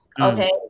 Okay